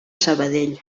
sabadell